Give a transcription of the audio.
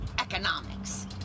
economics